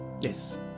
Yes